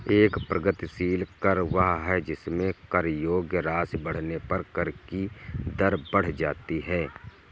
एक प्रगतिशील कर वह है जिसमें कर योग्य राशि बढ़ने पर कर की दर बढ़ जाती है